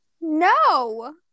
No